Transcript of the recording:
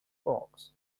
box